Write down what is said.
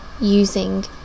using